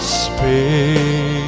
space